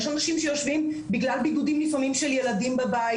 יש אנשים שיושבים בגלל בידודים של ילדים בבית.